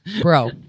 Bro